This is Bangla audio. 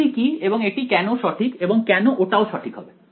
এটি কি এবং এটি কেন সঠিক এবং কেন ওটাও সঠিক হবে